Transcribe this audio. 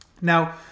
Now